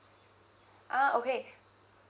ah okay